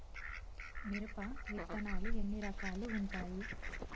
మిరప విత్తనాలు ఎన్ని రకాలు ఉంటాయి?